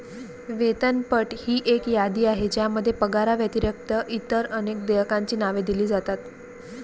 वेतनपट ही एक यादी आहे ज्यामध्ये पगाराव्यतिरिक्त इतर अनेक देयकांची नावे दिली जातात